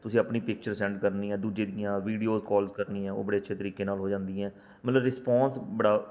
ਤੁਸੀਂ ਆਪਣੀ picture send ਕਰਨੀ ਹੈ ਦੂਜੇ ਦੀਆਂ ਵੀਡੀਓਜ਼ ਕੋਲਜ਼ ਕਰਨੀਆਂ ਉਹ ਬੜੇ ਅੱਛੇ ਤਰੀਕੇ ਨਾਲ ਹੋ ਜਾਂਦੀਆਂ ਮਤਲਬ ਰਿਸਪਾਂਸ ਬੜਾ